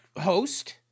host